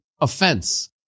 offense